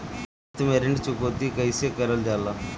किश्त में ऋण चुकौती कईसे करल जाला?